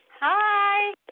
Hi